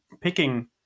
picking